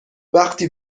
وقتی